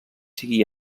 sigui